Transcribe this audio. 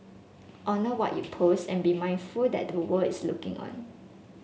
honour what you post and be mindful that the world is looking on